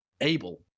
able